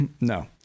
No